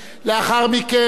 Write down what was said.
ובטרם הצבעה,